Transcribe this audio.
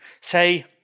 Say